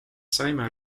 saime